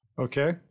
Okay